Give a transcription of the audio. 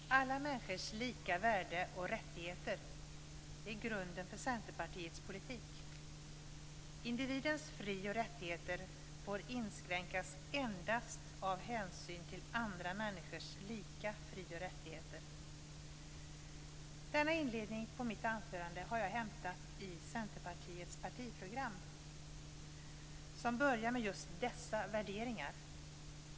Fru talman! Alla människors lika värde och rättigheter är grunden för Centerpartiets politik. Individens fri och rättigheter får inskränkas endast av hänsyn till andra människors lika fri och rättigheter. Denna inledning på mitt anförande har jag hämtat från Centerpartiets partiprogram som börjar med just dessa värderingar.